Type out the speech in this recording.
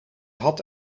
had